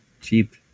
cheap